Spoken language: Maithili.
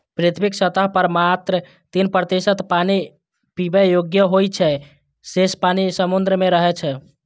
पृथ्वीक सतह पर मात्र तीन प्रतिशत पानि पीबै योग्य होइ छै, शेष पानि समुद्र मे रहै छै